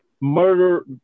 murder